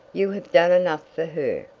you have done enough for her.